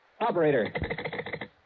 operator